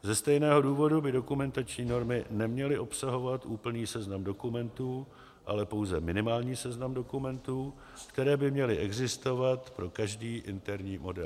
Ze stejného důvodu by dokumentační normy neměly obsahovat úplný seznam dokumentů, ale pouze minimální seznam dokumentů, které by měly existovat pro každý interní model.